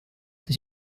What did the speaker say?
der